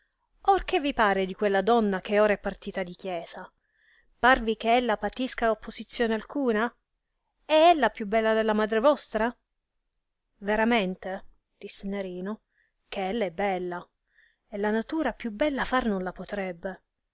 che vi pare di quella donna che ora è partita di chiesa parvi che ella patisca opposizione alcuna e ella più bella della madre vostra veramente disse nerino che ella è bella e la natura più bella far non la potrebbe